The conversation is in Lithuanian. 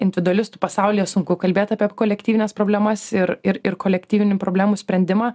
individualistų pasaulyje sunku kalbėt apie kolektyvines problemas ir ir ir kolektyvinių problemų sprendimą